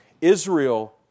Israel